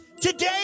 today